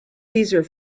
caesar